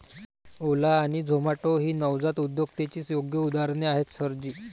ओला आणि झोमाटो ही नवजात उद्योजकतेची योग्य उदाहरणे आहेत सर जी